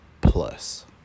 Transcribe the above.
Plus